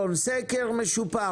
אתה מדבר על סקר משופר.